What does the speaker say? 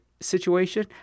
situation